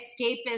escapist